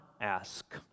ask